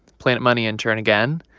planet money intern again.